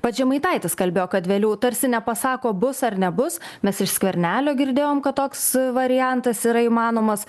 pats žemaitaitis kalbėjo kad vėliau tarsi nepasako bus ar nebus mes iš skvernelio girdėjom kad toks variantas yra įmanomas